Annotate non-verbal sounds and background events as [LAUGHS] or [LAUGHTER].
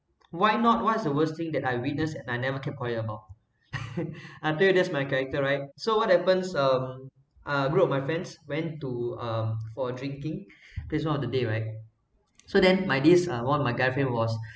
why not what's the worst thing that I witness and I never keep quiet about [LAUGHS] I pray that's my character right so what happens um a group of my friends went to um for drinking christmas of the day right so then my this uh one of my guy friend was